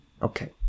okay